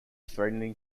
threatening